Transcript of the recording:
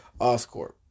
oscorp